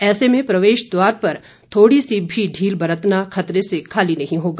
ऐसे में प्रवेश द्वारा पर थोड़ी सी भी ढील बरतना खतरे से खाली नहीं होगा